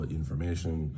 information